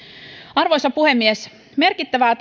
arvoisa puhemies merkittävää